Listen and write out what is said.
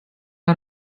out